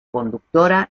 conductora